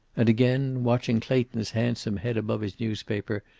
and again, watching clayton's handsome head above his newspaper,